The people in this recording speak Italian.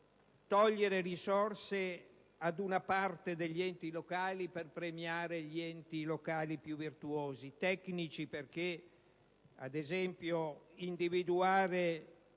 togliere risorse ad una parte degli enti locali per premiare gli enti locali più virtuosi; tecnici perché, ad esempio, individuare